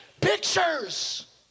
pictures